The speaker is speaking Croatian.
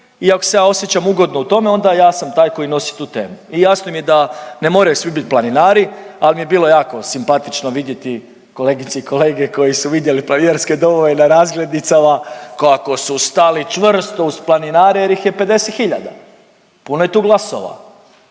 ako se ja osjećam ugodno u tome onda ja sam taj koji nosi tu temu i jasno mi je da ne moraju svi bit planinari, al mi je bilo jako simpatično vidjeti kolegice i kolege koji su vidjeli planinarske domove na razglednicama, kako su stali čvrsto uz planirane jer ih je 50 hiljada, puno je tu glasova,